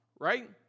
right